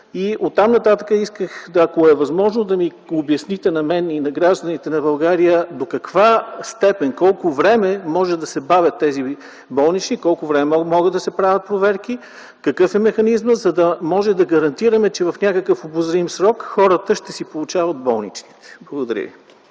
Оттам нататък исках, ако е възможно, да обясните на мен и на гражданите на България до каква степен, колко време могат да се бавят тези болнични, колко време могат да се правят проверки, какъв е механизмът, за да можем да гарантираме, че в някакъв обозрим срок хората ще си получават болничните? Благодаря.